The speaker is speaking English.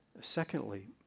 Secondly